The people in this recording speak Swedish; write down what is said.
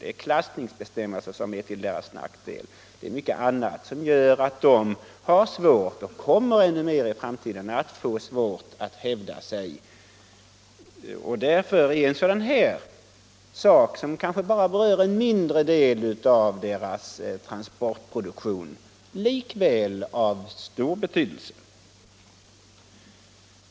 Det finns klassningsbestämmelser som är till dess nackdel och mycket annat som gör att den har svårt och kommer att få det ännu svårare i framtiden att hävda sig. Därför är en sådan här sak som kanske bara berör en mindre del av dess transportproduktion likväl av stor betydelse.